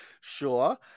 Sure